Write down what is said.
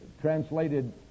translated